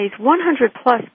100-plus